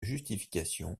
justification